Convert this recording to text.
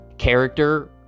character